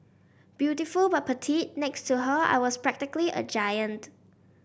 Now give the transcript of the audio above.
beautiful but petite next to her I was practically a giant